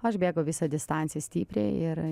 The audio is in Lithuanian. aš bėgu visą distanciją stipriai ir